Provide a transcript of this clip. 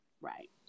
Right